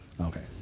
Okay